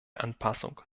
anpassung